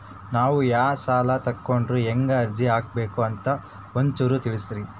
ನಾವು ಯಾ ಸಾಲ ತೊಗೊಂಡ್ರ ಹೆಂಗ ಅರ್ಜಿ ಹಾಕಬೇಕು ಅಂತ ಒಂಚೂರು ತಿಳಿಸ್ತೀರಿ?